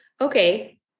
Okay